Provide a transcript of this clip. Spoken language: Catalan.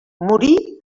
morir